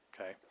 okay